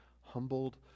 humbled